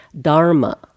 Dharma